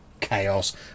chaos